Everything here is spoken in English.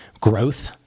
growth